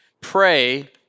pray